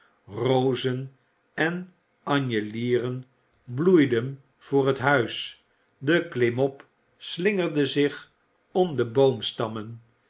rozen en anje ieren bloeiden voor het huis de klimop slingerde zich om de boomstammen